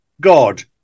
god